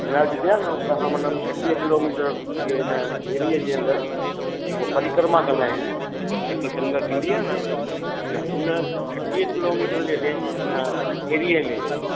गिरनार जिते आहे न उतां खां मतलबु छटीह किलो मीटर जे हिन एरिये जे अंदरि पोइ परिक्रमा कंदा आहिनि जेकी संगत ईंदी आहे न हुन छटीह किलो मीटर जे रेंज हिन एरिये में